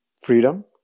Freedom